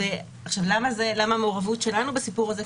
למה המעורבות שלנו בסיפור הזה?